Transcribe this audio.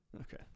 okay